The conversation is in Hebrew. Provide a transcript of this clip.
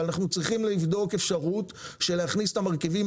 אבל אנחנו צריכים לבדוק אפשרות להכניס את המרכיבים